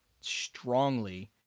strongly